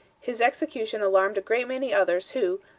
his execution alarmed great many others, who,